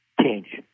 change